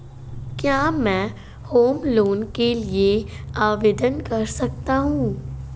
क्या मैं home loan के लिए आवेदन कर सकता हूं?